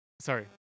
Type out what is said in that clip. Sorry